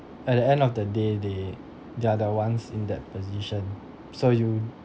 at the end of the day they they are the ones in that position so you